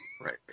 Right